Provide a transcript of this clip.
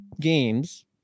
games